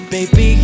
Baby